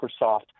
Microsoft